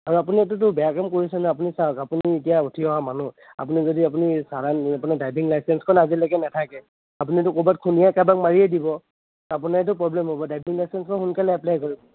আৰু আপুনি এইটোতো বেয়া কাম কৰিছে নহয় আপুনি চাওক আপুনি এতিয়া উঠি অহা মানুহ আপুনি যদি আপুনি চালান ড্ৰাইভিং লাইচেন্সখন আজিলৈকে নাথাকে আপুনিটো ক'ৰবাত খুন্দিয়াই কাৰোবাক মাৰিয়ে দিব আপোনাৰটো প্ৰবলেম হ'ব ড্ৰাইভিং লাইসেন্সখন সোনকালে এপ্লাই কৰিব